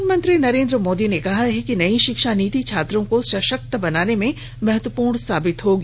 प्रधानमंत्री नरेन्द्र मोदी ने कहा कि नई शिक्षा नीति छात्रों को सशक्त बनाने में महत्वपूर्ण साबित होगी